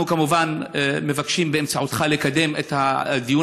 אנחנו כמובן מבקשים באמצעותך לקדם את הדיון